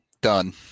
Done